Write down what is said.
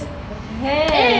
eh